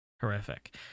Horrific